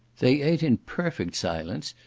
they ate in perfect silence,